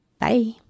Bye